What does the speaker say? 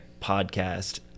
podcast